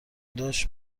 داشت